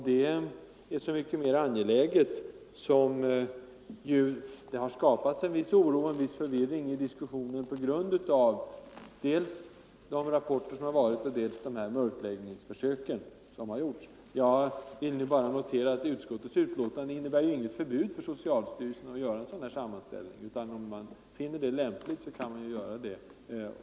Det är så mycket mer angeläget som det har skapats en viss oro och förvirring i diskussionen på grund av dels de rapporter som avlämnats, dels de mörkläggningsförsök som gjorts. Jag vill bara notera att utskottets betänkande inte innebär något förbud för socialstyrelsen att göra en sådan här sammanställning, utan man kan göra en sådan om man finner det lämpligt.